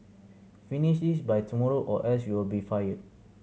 finish this by tomorrow or else you'll be fired